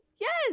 yes